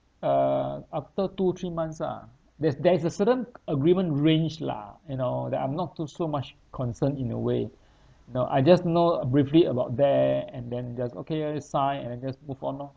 uh after two three months ah there's there is a certain agreement range lah you know that I'm not too so much concerned in a way no I just know briefly about there and then just okay already signed and then just move on lor